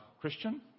Christian